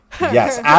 yes